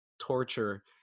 torture